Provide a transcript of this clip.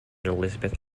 elizabeth